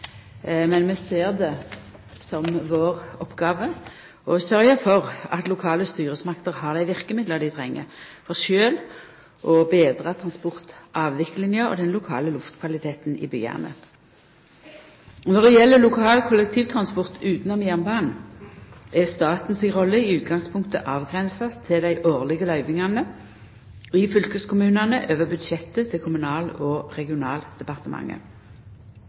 men vi ser det som vår oppgåve å sørgja for at lokale styresmakter har dei verkemidla dei treng for sjølv å betra transportavviklinga og den lokale luftkvaliteten i byane. Når det gjeld lokal kollektivtransport utanom jernbanen, er staten si rolle i utgangspunktet avgrensa til dei årlege løyvingane i fylkeskommunane over budsjettet til Kommunal- og regionaldepartementet.